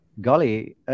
golly